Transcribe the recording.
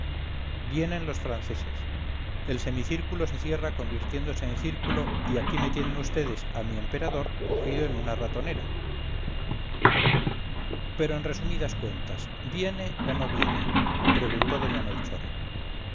vienen los franceses el semicírculo se cierra convirtiéndose en círculo y aquí me tienen vds a mi emperador cogido en una ratonera pero en resumidas cuentas viene o no viene preguntó doña melchora